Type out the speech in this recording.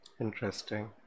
Interesting